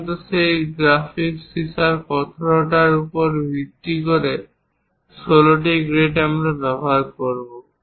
সাধারণত সেই গ্রাফাইট সীসার কঠোরতার উপর ভিত্তি করে 16টি গ্রেড আমরা ব্যবহার করব